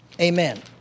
Amen